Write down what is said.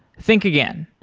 think again.